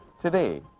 today